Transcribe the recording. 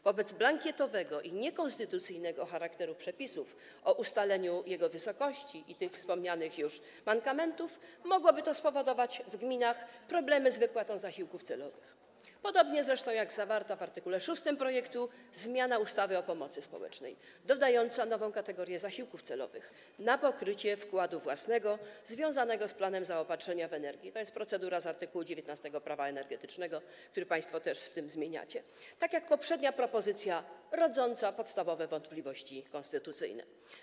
Wobec blankietowego i niekonstytucyjnego charakteru przepisów o ustalaniu jego wysokości i tych wspomnianych już mankamentów mogłoby to spowodować w gminach problemy z wypłatą zasiłków celowych, podobnie zresztą jak zawarta w art. 6 projektu zmiana ustawy o pomocy społecznej dodająca nową kategorię zasiłków celowych na pokrycie wkładu własnego związanego z planem zaopatrzenia w energię - to jest procedura z art. 19 Prawa energetycznego, który państwo też w tym zmieniacie - tak jak poprzednia propozycja rodząca podstawowe wątpliwości konstytucyjne.